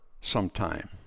sometime